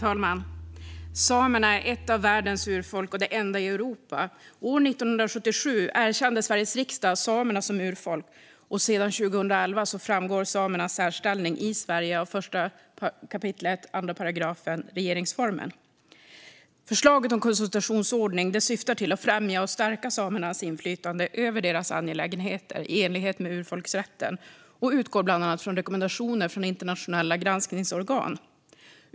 Fru talman! Samerna är ett av världens urfolk och det enda i Europa. År 1977 erkände Sveriges riksdag samerna som urfolk, och sedan 2011 framgår samernas särställning i Sverige av 1 kap. 2 § regeringsformen. Förslaget om konsultationsordning syftar till att främja och stärka samernas inflytande över deras angelägenheter i enlighet med urfolksrätten och utgår bland annat från rekommendationer från internationella granskningsorgan.